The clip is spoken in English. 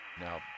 now